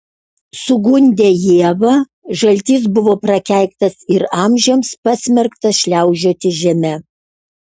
sugundę ievą žaltys buvo prakeiktas ir amžiams pasmerktas šliaužioti žeme